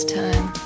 time